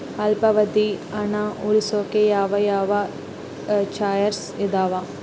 ಅಲ್ಪಾವಧಿ ಹಣ ಉಳಿಸೋಕೆ ಯಾವ ಯಾವ ಚಾಯ್ಸ್ ಇದಾವ?